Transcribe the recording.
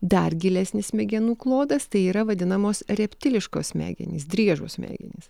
dar gilesnis smegenų klodas tai yra vadinamos reptiliškos smegenys driežo smegenys